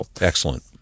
Excellent